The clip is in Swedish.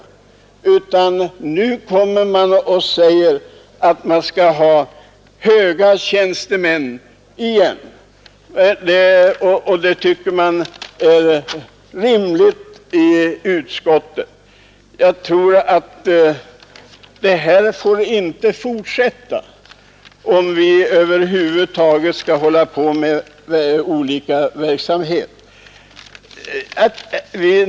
I stället föreslås att vid nämnden skall anställas höga tjänstemän igen, och det tycker utskottets ledamöter är rimligt. Det här får inte fortsätta om vi över huvud taget skall bedriva olika slag av verksamhet.